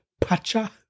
pacha